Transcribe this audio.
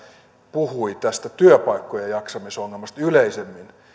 puhui työpaikkojen jaksamisongelmasta yleisemmin